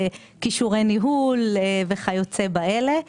כישורי ניהול וכיוצא בזה.